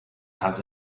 has